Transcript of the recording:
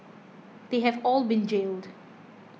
they have all been jailed